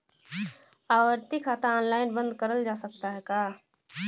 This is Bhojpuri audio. आवर्ती खाता ऑनलाइन बन्द करल जा सकत ह का?